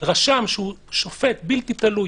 רשם שהוא שופט בלתי תלוי,